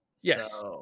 Yes